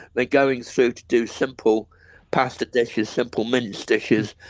then going through to do simple pasta dishes, simple mince dishes,